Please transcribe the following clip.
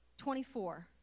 24